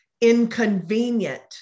inconvenient